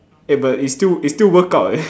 eh but it still it still work out eh